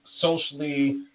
socially